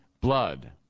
blood